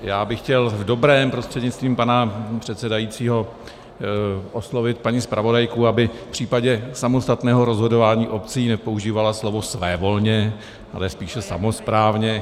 Já bych chtěl v dobrém prostřednictvím pana předsedajícího oslovit paní zpravodajku, aby v případě samostatného rozhodování obcí nepoužívala slovo svévolně, ale spíše samosprávně.